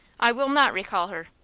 i will not recall her.